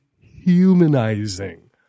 humanizing